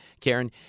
Karen